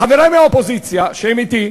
חברי מהאופוזיציה שהם אתי,